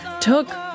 took